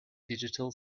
digital